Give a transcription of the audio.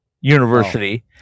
University